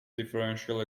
differential